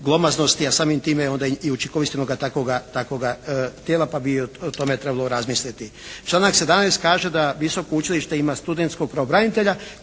glomaznosti, a samim time onda i učinkovitost jednoga takvoga tijela pa bi i o tome trebalo razmisliti. Članak 17. kaže da visoko učilište ima studentskog pravobranitelja